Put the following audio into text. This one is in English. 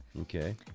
Okay